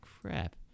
crap